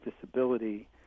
disability